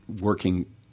working